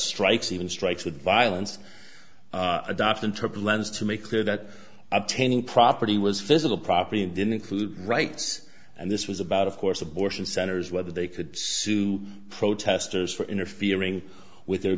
strikes even strikes with violence adoption trip lens to make clear that obtaining property was physical property and didn't include rights and this was about of course abortion centers whether they could sue protesters for interfering with their